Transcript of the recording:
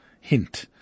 Hint